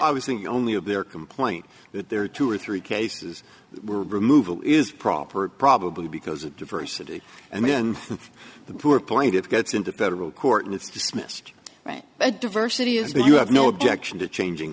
i was thinking only of their complaint that there are two or three cases were removal is proper probably because of diversity and then the poor point it gets into federal court and it's dismissed right a diversity is but you have no objection to changing